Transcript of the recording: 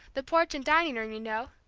the porch and dining room, you know,